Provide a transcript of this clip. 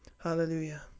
Hallelujah